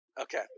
Okay